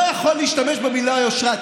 לא יכול להשתמש במילה "יושרה".